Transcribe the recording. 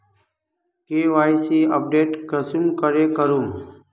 KYC update कुंसम करे करूम?